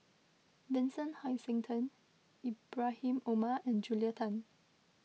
Vincent Hoisington Ibrahim Omar and Julia Tan